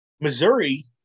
Missouri